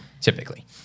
Typically